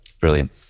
Brilliant